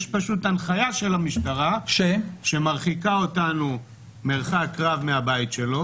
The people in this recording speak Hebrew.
יש פשוט הנחיה של המשטרה שמרחיקה אותנו מרחק רב מהבית שלו,